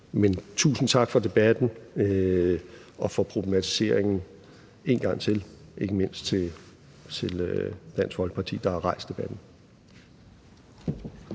Men tusind tak for debatten og for problematiseringen en gang til, ikke mindst til Dansk Folkeparti, der har rejst debatten.